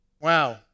Wow